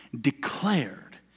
declared